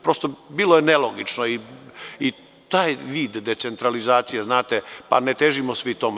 Prosto, bilo je nelogično i taj vid decentralizacije, znate, pa ne težimo svi tome.